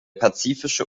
pazifische